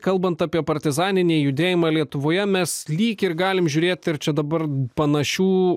kalbant apie partizaninį judėjimą lietuvoje mes lyg ir galim žiūrėt ir čia dabar panašių